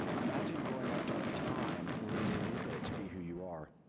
imagine growing up during a time where it was illegal to be who you are.